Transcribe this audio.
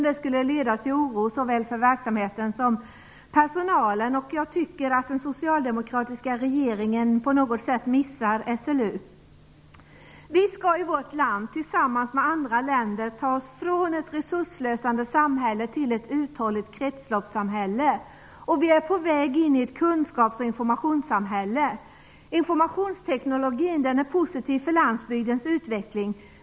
Det skulle leda till oro för såväl verksamheten som för personalen. Jag tycker att den socialdemokratiska regeringen på något sätt missar SLU. Vi skall i vårt land tillsammans med andra länder ta oss från ett resursslösande samhälle till ett uthålligt kretsloppssamhälle. Vi är på väg in i ett kunskapsoch informationssamhälle. Informationstekniken är positiv för landsbygdens utveckling.